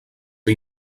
que